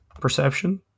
perception